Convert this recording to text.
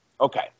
Okay